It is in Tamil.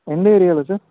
எந்த ஏரியாவில சார்